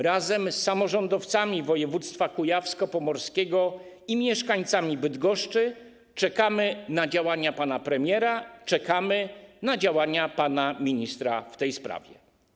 Razem z samorządowcami województwa kujawsko-pomorskiego i mieszkańcami Bydgoszczy czekamy na działania pana premiera, czekamy na działania pana ministra w tej sprawie.